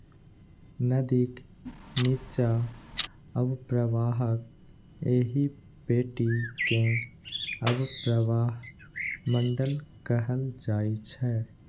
नदीक निच्चा अवप्रवाहक एहि पेटी कें अवप्रवाह मंडल कहल जाइ छै